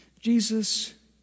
Jesus